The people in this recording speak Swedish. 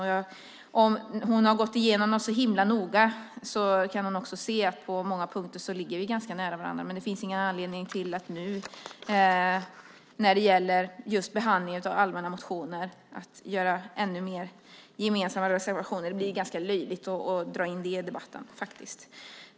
Om hon har gått igenom motionerna så himla noga har hon också kunnat se att vi på många punkter ligger ganska nära varandra, men det finns ingen anledning till att nu, när det gäller behandling av allmänna motioner, göra ännu mer gemensamma reservationer. Det är ganska löjligt att dra in det i debatten, faktiskt.